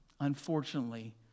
unfortunately